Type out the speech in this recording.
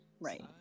right